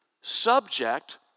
subject